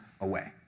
away